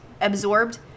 absorbed